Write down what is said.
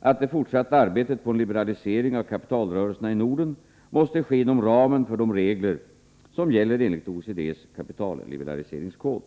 att det fortsatta arbetet på en liberalisering av kapitalrörelserna i Norden måste ske inom ramen för de regler som gäller enligt OECD:s kapitalliberaliseringskod.